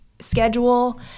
schedule